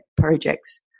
projects